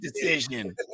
decision